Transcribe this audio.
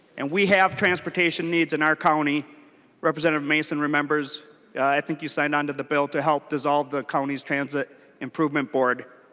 and we have transportation needs in our county representative masin remembers i think you sign onto the bill to up dissolve the county transit improvement board.